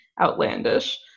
outlandish